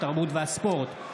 התרבות והספורט,